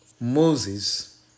Moses